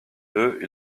deux